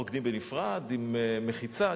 רוקדים בנפרד עם מחיצה,